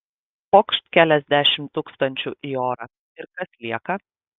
pokšt keliasdešimt tūkstančių į orą ir kas lieka